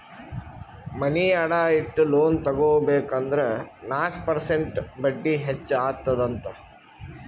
ಮನಿ ಅಡಾ ಇಟ್ಟು ಲೋನ್ ತಗೋಬೇಕ್ ಅಂದುರ್ ನಾಕ್ ಪರ್ಸೆಂಟ್ ಬಡ್ಡಿ ಹೆಚ್ಚ ಅತ್ತುದ್ ಅಂತ್